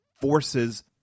forces